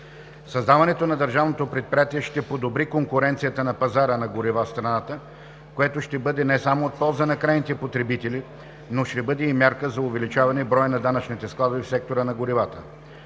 Създаването на държавното предприятие ще подобри конкуренцията на пазара на горива в страната, което ще бъде не само от полза за крайните потребители, но ще бъде и мярка за увеличаване броя на данъчните складове в сектора на горивата.